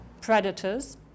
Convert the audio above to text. predators